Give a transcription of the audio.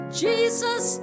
jesus